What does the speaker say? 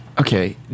okay